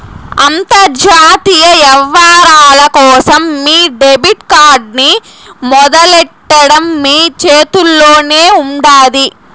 అంతర్జాతీయ యవ్వారాల కోసం మీ డెబిట్ కార్డ్ ని మొదలెట్టడం మీ చేతుల్లోనే ఉండాది